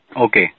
Okay